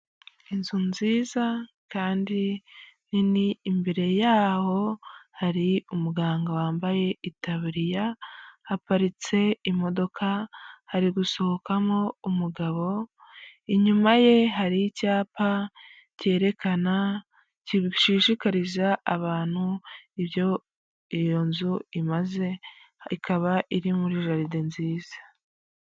Inzu nziza kandi nini imbere yaho hari umuganga wambaye itabariya haparitse imodoka, hari gusohokamo umugabo inyuma ye hari icyapa cyerekana gishishikariza abantu ibyo iyo nzu imaze, ikaba iri muri jaride nziza.